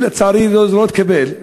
לצערי זה לא התקבל,